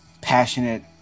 passionate